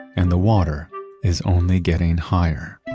and the water is only getting higher.